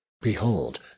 behold